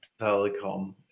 telecom